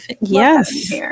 Yes